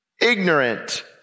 ignorant